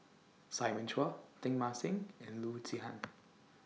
Simon Chua Teng Mah Seng and Loo Zihan